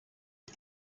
the